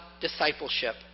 discipleship